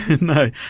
No